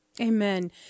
Amen